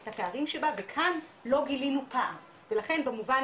את הפערים שבה וכאן לא גילינו פער ולכן במובן